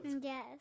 Yes